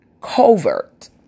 covert